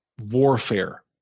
warfare